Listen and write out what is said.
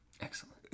excellent